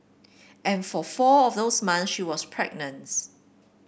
and for four of those months she was pregnant